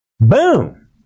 Boom